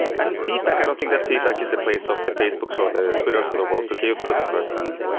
and feedback, i don't think that feedback is a place of the facebook so or the twitters of the world to give to the person.